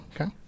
okay